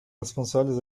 responsables